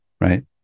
right